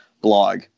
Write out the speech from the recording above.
blog